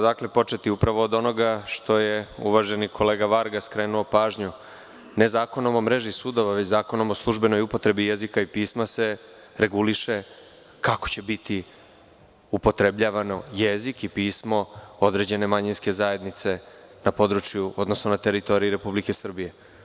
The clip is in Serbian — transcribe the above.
Dakle, početi upravo od onoga što je uvaženi kolega Varga skrenuo pažnju, ne Zakonom o mreži sudova, već Zakonom o službenoj upotrebi jezika i pisma se reguliše kako će biti upotrebljavano jezik i pismo određene manjinske zajednice na području, odnosno na teritoriji Republike Srbije.